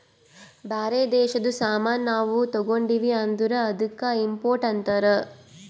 ಬ್ಯಾರೆ ದೇಶದು ಸಾಮಾನ್ ನಾವು ತಗೊಂಡಿವ್ ಅಂದುರ್ ಅದ್ದುಕ ಇಂಪೋರ್ಟ್ ಅಂತಾರ್